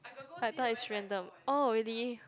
I thought it's random oh really